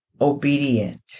obedient